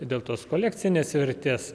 dėl tos kolekcinės vertės